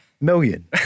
million